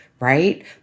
right